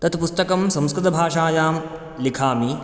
तत्पुस्तकं संस्कृतभाषायां लिखामि